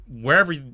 wherever